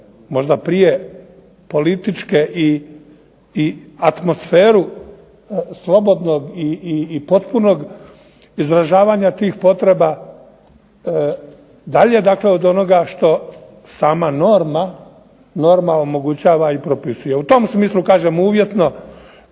možda prije političke i atmosferu slobodnog i potpunog izražavanja tih potreba dalje dakle od onoga što sama norma, norma omogućava i propisuje. U tom smislu kažem uvjetno,